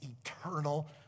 eternal